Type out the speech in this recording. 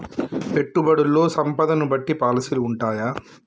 పెట్టుబడుల్లో సంపదను బట్టి పాలసీలు ఉంటయా?